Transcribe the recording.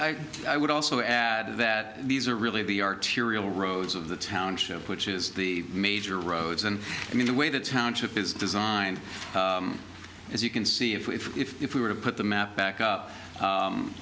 i i would also add that these are really be arterial roads of the township which is the major roads and i mean the way the township is designed as you can see if we were to put the map back up